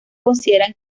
consideran